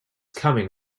coming